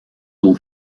t’en